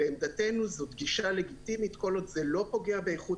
לעמדתנו זאת גישה לגיטימית כל עוד זה לא פוגע באיכות